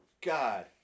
God